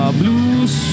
blues